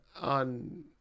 on